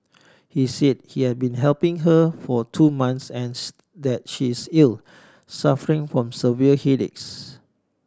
he said he had been helping her for two months and that she is ill suffering from severe headaches